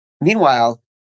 Meanwhile